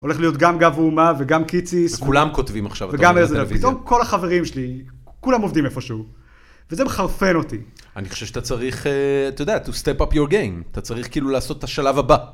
הולך להיות גם "גב האומה" וגם "קיציס". וכולם כותבים עכשיו. וגם "ארץ נהדרת". פתאום כל החברים שלי כולם עובדים איפשהו. וזה מחרפן אותי. אני חושב שאתה צריך... אה... אתה יודע, to step up your game, אתה צריך כאילו לעשות את השלב הבא.